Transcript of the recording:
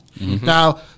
Now